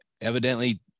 evidently